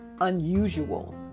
unusual